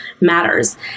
matters